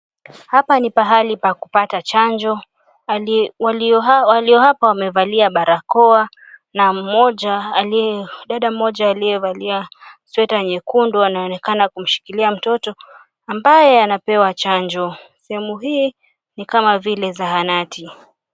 Hapa ni pahali pa kupata chanjo. Walio hapa wamevalia barakoa, na mmoja aliye, dada mmoja aliyevalia sweta nyekundu, anaonekana kumshikilia mtoto ambaye anapewa chanjo. Sehemu hii ni kama vile zahanati.